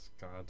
God